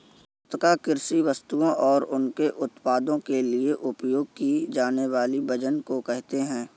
पुस्तिका कृषि वस्तुओं और उनके उत्पादों के लिए उपयोग किए जानेवाले वजन को कहेते है